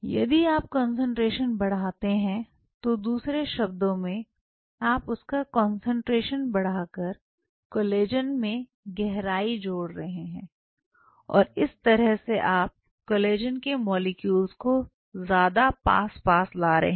यदि आप कंसंट्रेशन बढ़ाते हैं तो दूसरे शब्दों में आप उसका कंसंट्रेशन बढ़ाकर कोलेजन में गहराई जोड़ रहे हैं और इस तरह से आप कोलेजन के मॉलिक्यूल को ज्यादा पास पास ला रहे हैं